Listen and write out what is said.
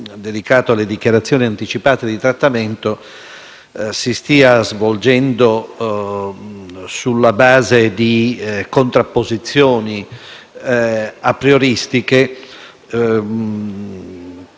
dedicato alle dichiarazioni anticipate di trattamento si stia svolgendo sulla base di contrapposizioni aprioristiche,